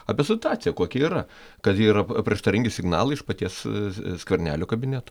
apie situaciją kokia yra kas yra prieštaringi signalai iš paties skvernelio kabineto